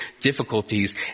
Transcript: difficulties